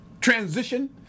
transition